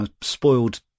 spoiled